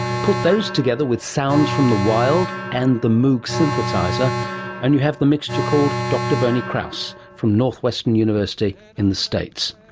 put those together with sounds from the wild and the moog synthesiser and you have the mixture called dr bernie krause from northwestern university in the states.